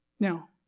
Now